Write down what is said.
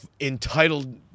entitled